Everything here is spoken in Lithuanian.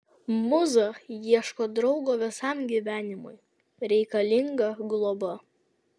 mūza ieško draugo visam gyvenimui reikalinga globa